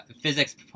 physics